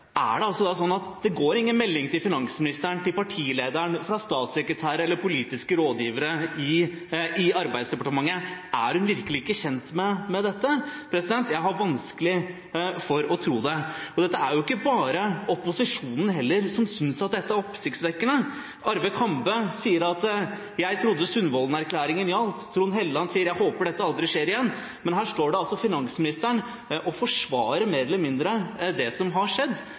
Er det sånn at det går ingen melding til finansministeren, til partilederen fra statssekretær eller politiske rådgivere i Arbeidsdepartementet? Er hun virkelig ikke kjent med dette? – Jeg har vanskelig for å tro det. Det er ikke bare opposisjonen som synes dette er oppsiktsvekkende. Arve Kambe sier: Jeg trodde Sundvolden-erklæringen gjaldt. Trond Helleland sier: Jeg håper dette aldri skjer igjen. Men her står finansministeren og mer eller mindre forsvarer det som har skjedd.